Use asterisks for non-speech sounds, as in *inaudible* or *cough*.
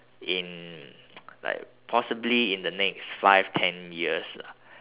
in *noise* like possibly in the next five ten years lah